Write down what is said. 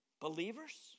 Believers